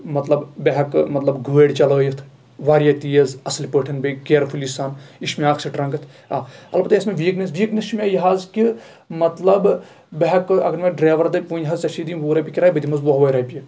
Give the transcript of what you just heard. مطلب بہٕ ہٮ۪کہٕ مطلب گٲڑۍ چلٲیِتھ واریاہ تیز اَصٕل پٲٹھۍ بیٚیہِ کِیر فُلی سان یہِ چھِ مےٚ اکھ سٹرنٛگٕتھ آ البتہ یۄس مےٚ ویٖکنیٚس چھ مےٚ یہِ حظ کہِ مطلب بہٕ ہٮ۪کہٕ اَگر مےٚ ڈرایور دَپہِ ؤنۍ حظ کہِ ژےٚ چھِ دِنۍ وُہ رۄپیہِ کِرایہِ بہٕ دِمہٕ حظ وُہ وٲے رۄپیہِ